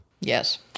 yes